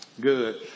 good